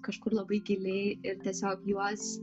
kažkur labai giliai ir tiesiog juos